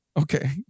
Okay